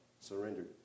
surrendered